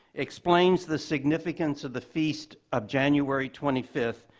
explains the significance of the feast of january twenty fifth,